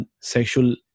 sexual